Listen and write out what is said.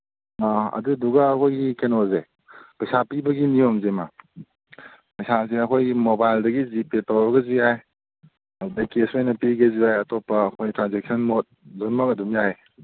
ꯑꯗꯨꯗꯨꯒ ꯑꯩꯈꯣꯏꯒꯤ ꯀꯩꯅꯣꯁꯦ ꯄꯩꯁꯥ ꯄꯤꯕꯒꯤ ꯅꯤꯌꯣꯝꯁꯦ ꯏꯃꯥ ꯄꯩꯁꯥꯁꯦ ꯑꯩꯈꯣꯏꯒꯤ ꯃꯣꯕꯥꯏꯜꯗꯒꯤ ꯖꯤ ꯄꯦ ꯇꯧꯔꯒꯁꯨ ꯌꯥꯏ ꯑꯗꯨꯗꯒꯤ ꯀꯦꯁ ꯑꯣꯏꯅ ꯄꯤꯒꯦꯁꯨ ꯌꯥꯏ ꯑꯇꯣꯞꯄ ꯑꯩꯈꯣꯏ ꯇ꯭ꯔꯥꯟꯁꯦꯛꯁꯟ ꯃꯣꯠ ꯂꯣꯏꯃꯛ ꯑꯗꯨꯝ ꯌꯥꯏ